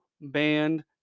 band